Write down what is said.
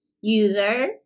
user